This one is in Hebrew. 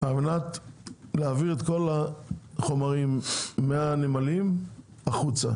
כדי להעביר את כל החומרים מהנמלים החוצה?